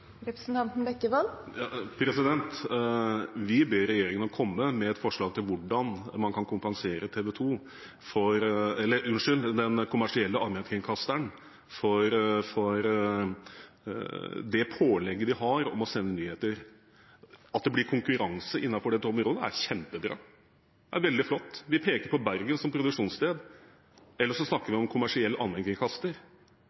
Vi ber regjeringen om å komme med et forslag til hvordan man kan kompensere TV 2 eller den kommersielle allmennkringkasteren for pålegget de har om å sende nyheter. At det blir konkurranse innenfor dette området, er kjempebra. Det er veldig flott. Vi peker på Bergen som produksjonssted. Ellers snakker